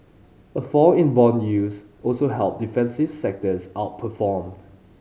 a fall in bond yields also helped defensive sectors outperformed